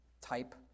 type